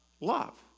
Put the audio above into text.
love